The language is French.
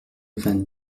vingt